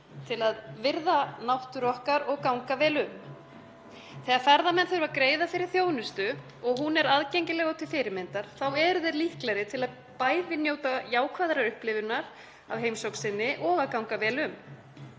til að virða náttúru okkar og ganga vel um. Þegar ferðamenn þurfa að greiða fyrir þjónustu og hún er aðgengileg og til fyrirmyndar þá eru þeir líklegri til að bæði njóta jákvæðrar upplifunar af heimsókn sinni og að ganga vel um.